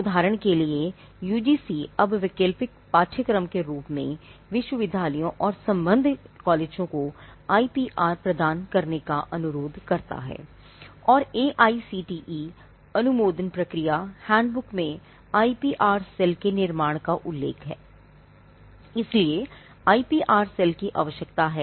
उदाहरण के लिए UGC अब वैकल्पिक पाठ्यक्रम के रूप में विश्वविद्यालयों और संबद्ध कॉलेजों को IPR प्रदान करने का अनुरोध करता है